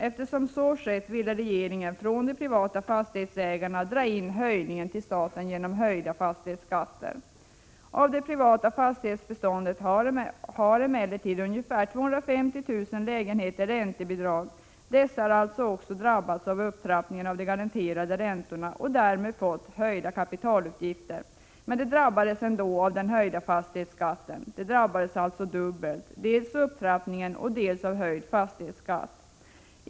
Eftersom så skett ville regeringen från de privata fastighetsägarna dra in höjningarna till staten genom höjd fastighetsskatt. I det privata fastighetsbeståndet har emellertid ungefär 250 000 lägenheter räntebidrag. Dessa har alltså även drabbats av upptrappningen av de garanterade räntorna och därmed fått höjda kapitalutgifter, men de drabbades ändå av den höjningen av fastighetsskatten. De drabbas alltså dubbelt; dels av upptrappningen, dels av höjd fastighetsskatt.